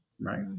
right